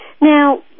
now